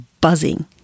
buzzing